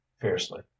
fiercely